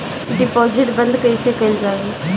Deposit बंद कैसे कैल जाइ?